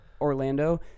Orlando